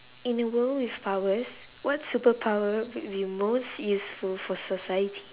in a world with powers what superpower will be most useful for society